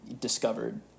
discovered